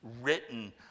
written